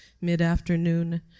mid-afternoon